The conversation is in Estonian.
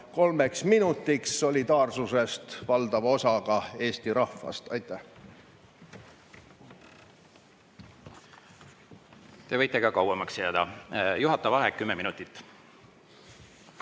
kolmeks minutiks siia, solidaarsusest valdava osaga Eesti rahvast. Aitäh! Te võite ka kauemaks jääda. Juhataja vaheaeg kümme minutit,